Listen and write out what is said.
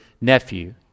nephew